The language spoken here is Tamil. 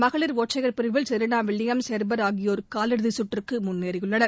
மகளிர் ஒற்றையர் பிரிவில் செரினா வில்லியம்ஸ் ஹெர்பர் ஆகியோர் காலிறதி கற்றுக்கு முன்னேறியுள்ளனர்